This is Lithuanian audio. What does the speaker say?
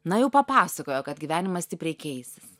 na jau papasakojo kad gyvenimas stipriai keisis